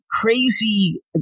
Crazy